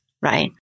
right